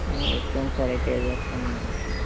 ఆ ఒకే అండి సార్ ఐతే వెళ్ళి వస్తాము అండి మరి